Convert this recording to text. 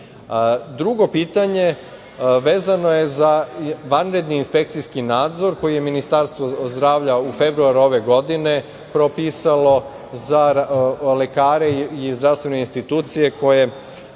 Drugo pitanje, vezano je za vanredni inspekcijski nadzor koji je Ministarstvo zdravlja u februaru ove godine propisalo za lekare i zdravstvene instiutcije koje